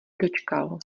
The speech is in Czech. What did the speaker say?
dočkal